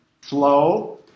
flow